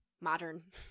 modern